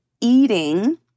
eating